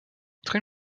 très